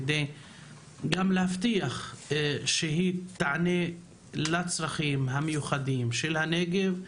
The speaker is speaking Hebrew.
כדי להבטיח שהיא תענה לצרכים המיוחדים של הנגב,